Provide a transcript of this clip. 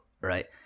right